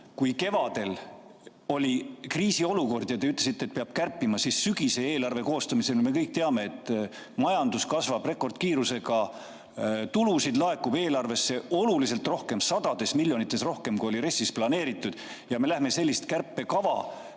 kui kevadel oli kriisiolukord ja te ütlesite, et peab kärpima, siis nüüd sügisel eelarve koostamisel, kui me kõik teame, et majandus kasvab rekordkiirusega, tulusid laekub eelarvesse oluliselt rohkem, sadades miljonites rohkem, kui RES-is oli planeeritud, läheme me ellu viima sellist kärpekava,